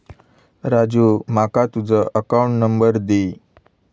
राजू माका तुझ account number दी